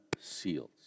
seals